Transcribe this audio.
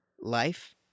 life